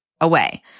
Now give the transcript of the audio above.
away